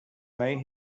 may